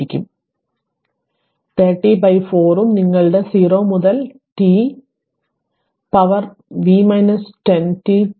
അതിനാൽ 30 4 ഉം നിങ്ങളുടെ 0 മുതൽ te to power v 10 t dt i 1 0 2